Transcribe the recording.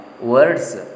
Words